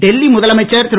டெல்லி முதலமைச்சர் திரு